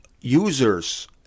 users